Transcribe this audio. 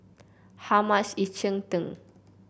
how much is Cheng Tng